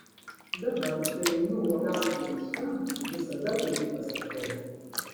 dabar kai einu uogauti miškan visada taip pasakau